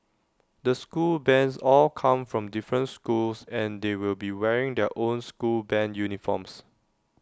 the school bands all come from different schools and they will be wearing their own school Band uniforms